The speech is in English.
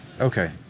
Okay